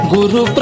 Guru